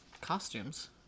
Costumes